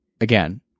again